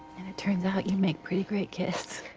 and it turns out you make pretty great kids.